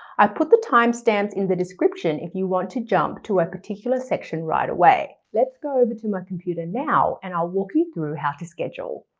i put the timestamps in the description if you want to jump to a particular section right away. let's go over to my computer now and i'll walk you through how to schedule.